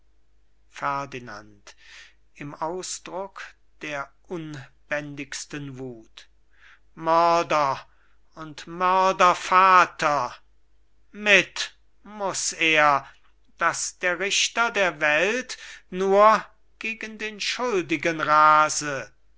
wuth mörder und mördervater mit muß er daß der richter der welt nur gegen den schuldigen rase